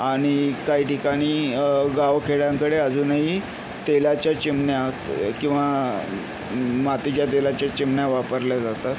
आणि काही ठिकाणी गावखेड्यांकडे अजूनही तेलाच्या चिमण्या किंवा मातीच्या तेलाच्या चिमण्या वापरल्या जातात